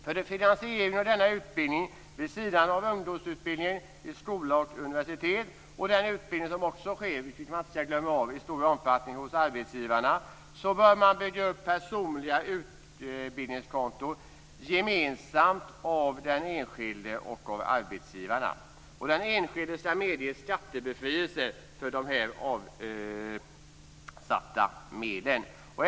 För en finansiering av denna utbildning vid sidan av ungdomsutbildningen i skola och på universitet och den utbildning som också sker i stor omfattning hos arbetsgivare, vilket man inte skall glömma av, bör man bygga upp personliga utbildningskonton gemensamt finansierade av den enskilde och arbetsgivarna. Den enskilde skall medges skattebefrielse för de avsatta medlen.